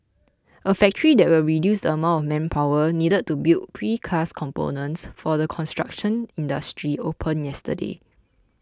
a factory that will reduce the amount manpower needed to build precast components for the construction industry opened yesterday